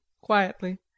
quietly